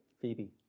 Phoebe